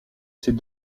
ces